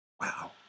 wow